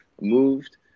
moved